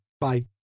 Bye